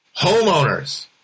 Homeowners